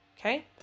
Okay